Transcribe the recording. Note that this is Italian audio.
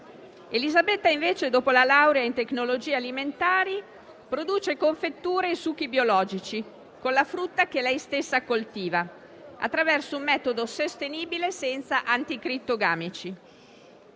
Elisabetta invece, dopo la laurea in tecnologie alimentari, produce confetture e succhi biologici con la frutta che lei stessa coltiva, attraverso un metodo sostenibile senza anticrittogamici.